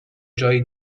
جایی